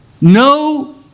No